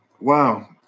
Wow